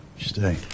Stay